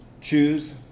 choose